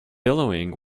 billowing